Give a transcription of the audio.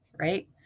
right